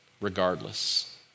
regardless